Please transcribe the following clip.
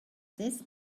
this